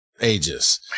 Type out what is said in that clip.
ages